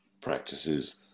practices